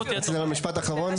רצית משפט אחרון?